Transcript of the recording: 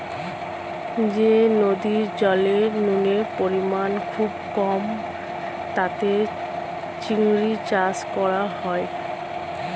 যে নদীর জলে নুনের পরিমাণ খুবই কম তাতে চিংড়ির চাষ করা হয়